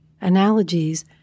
analogies